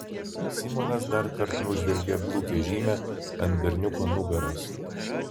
simonas darkart nužvelgė blukią žymę ant berniuko nugaros